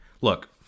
Look